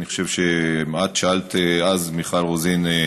אני חושב שאת שאלת אז, מיכל רוזין,